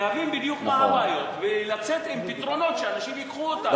להבין בדיוק מה הבעיות ולצאת עם פתרונות שאנשים ייקחו אותם.